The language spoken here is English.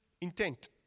intent